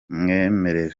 mwemerera